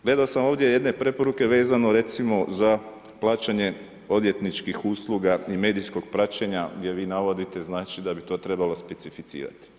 Gledao sam ovdje jedne preporuke vezano recimo, za plaćanje odvjetničkih usluga i medijskog praćenja, gdje vi navodite znači, da bi to trebalo specificirati.